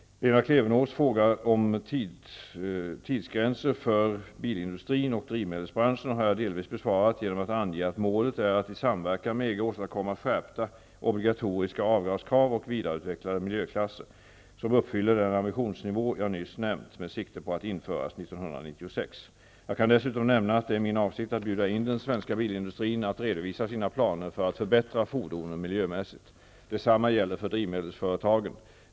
Lena Klevenås fråga om tidsgränser för bilindustrin och drivmedelsbranschen har jag delvis besvarat genom att ange att målet är att i samverkan med EG åstadkomma skärpta obligatoriska avgaskrav och vidareutvecklade miljöklasser, som uppfyller den ambitionsnivå som jag nyss nämnde, med sikte på att införas 1996. Jag kan dessutom nämna att det är min avsikt att bjuda in den svenska bilindustrin att redovisa sina planer för att förbättra fordonen miljömässigt. Detsamma gäller för drivmedelsföretagen.